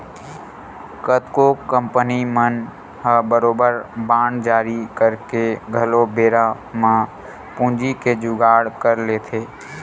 कतको कंपनी मन ह बरोबर बांड जारी करके घलो बेरा म पूंजी के जुगाड़ कर लेथे